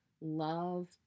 love